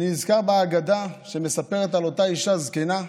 אני נזכר באגדה שמספרת על אותה אישה זקנה,